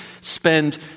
spend